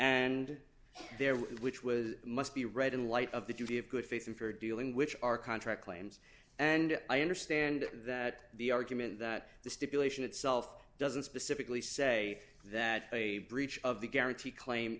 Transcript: and there which was must be read in light of the duty of good faith and fair dealing which our contract claims and i understand that the argument that the stipulation itself doesn't specifically say that a breach of the guarantee claim